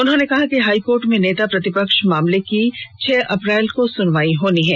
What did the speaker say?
उन्होंने कहा कि हाईकोर्ट में नेता प्रतिपक्ष मामले की छह अप्रैल को सुनवाई होनी है